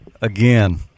Again